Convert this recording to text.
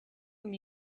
whom